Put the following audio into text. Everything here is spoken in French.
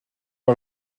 est